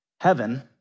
Heaven